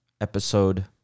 episode